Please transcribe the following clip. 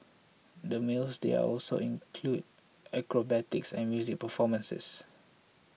the meals there also include acrobatics and music performances